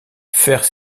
faire